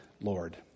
Lord